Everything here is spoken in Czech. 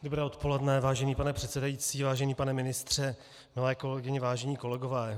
Dobré odpoledne, vážený pane předsedající, vážený pane ministře, milé kolegyně, vážení kolegové.